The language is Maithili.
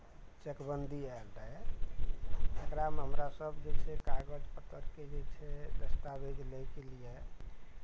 चकबन्दी आयल रहै तकरामे हमरा सभ जे छै कागज पत्तरके जे छै दस्तावेज लयके लिए